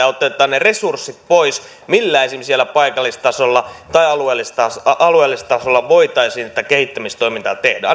ne resurssit pois millä esimerkiksi siellä paikallistasolla tai alueellistasolla alueellistasolla voitaisiin tätä kehittämistoimintaa tehdä